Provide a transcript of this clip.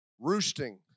roosting